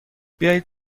بیایید